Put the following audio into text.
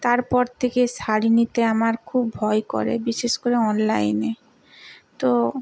তারপর থেকে শাড়ি নিতে আমার খুব ভয় করে বিশেষ করে অনলাইনে তো